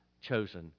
chosen